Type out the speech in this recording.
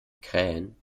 krähen